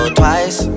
twice